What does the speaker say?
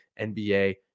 NBA